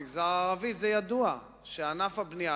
במגזר הערבי זה ידוע שענף הבנייה,